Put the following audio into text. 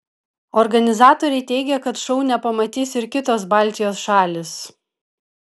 organizatoriai teigia kad šou nepamatys ir kitos baltijos šalys